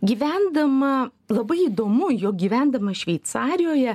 gyvendama labai įdomu jog gyvendama šveicarijoje